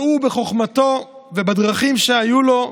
והוא, בחוכמתו ובדרכים שהיו לו,